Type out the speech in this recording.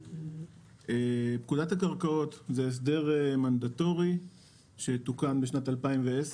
פקודת הקרקעות זה הסדר מנדטורי שתוקן בשנת 2010,